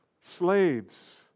slaves